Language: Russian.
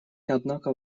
однако